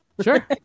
Sure